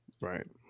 Right